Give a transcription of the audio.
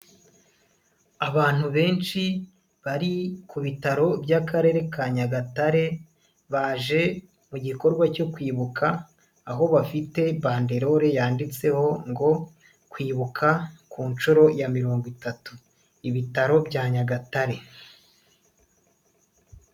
Abantu benshi bari ku bitaro by'akarere ka Nyagatare, baje mu gikorwa cyo kwibuka. Aho bafite banderore yanditseho ngo kwibuka ku nshuro ya mirongo itatu, ibitaro bya Nyagatare.